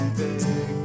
big